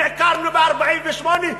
נעקרנו ב-1948,